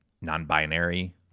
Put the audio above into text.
non-binary